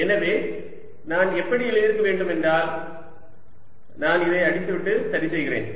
எனவே நான் எப்படி எழுதி இருக்க வேண்டும் என்றால் நான் இதை அடித்துவிட்டு சரி செய்கிறேன்